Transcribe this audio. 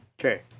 Okay